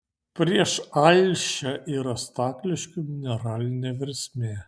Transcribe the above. prieš alšią yra stakliškių mineralinė versmė